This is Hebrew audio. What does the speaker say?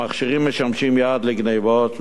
המכשירים משמשים יעד לגנבות,